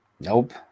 Nope